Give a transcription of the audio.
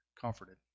comforted